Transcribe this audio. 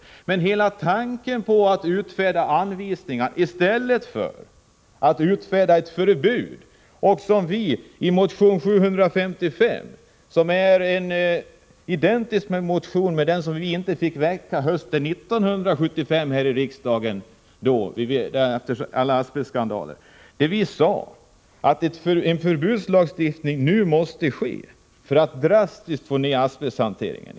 Det gäller hela tanken på att utfärda anvisningar i stället för att utfärda ett förbud, som vi begärt i motion 755, vilken är identisk med den motion som inte fick väckas hösten 1975 här i riksdagen, efter alla asbestskandaler. Där sade vi att en förbudslagstiftning nu måste till för att drastiskt få ned asbesthanteringen.